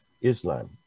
Islam